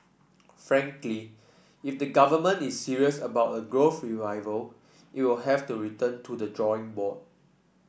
frankly if the government is serious about a growth revival it will have to return to the drawing board